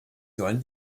sollen